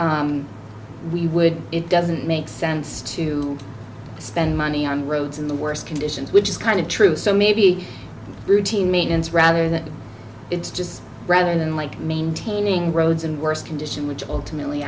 like we would it doesn't make sense to spend money on roads in the worst conditions which is kind of true so maybe routine maintenance rather that it's just rather than like maintaining roads in worse condition which ultimately